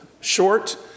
short